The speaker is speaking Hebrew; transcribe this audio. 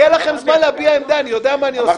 יהיה לכם זמן להביע עמדה, אני יודע מה אני עושה.